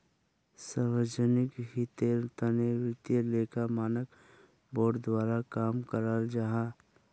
सार्वजनिक हीतेर तने वित्तिय लेखा मानक बोर्ड द्वारा काम कराल जाहा